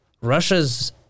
Russia's